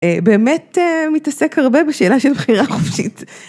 באמת מתעסק הרבה בשאלה של בחירה חופשית.